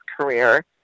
career